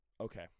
Okay